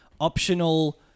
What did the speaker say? optional